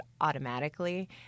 automatically